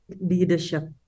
leadership